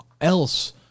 else